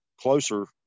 closer